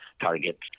targets